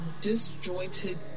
disjointed